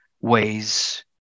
ways